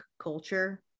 culture